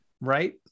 right